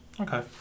Okay